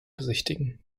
besichtigen